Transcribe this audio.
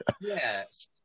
Yes